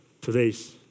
Today's